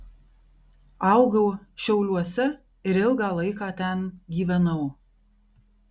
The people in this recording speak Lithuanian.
augau šiauliuose ir ilgą laiką ten gyvenau